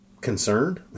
concerned